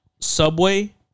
Subway